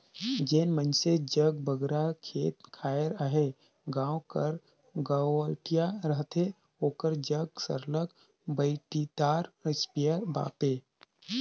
जेन मइनसे जग बगरा खेत खाएर अहे गाँव कर गंवटिया रहथे ओकर जग सरलग बइटरीदार इस्पेयर पाबे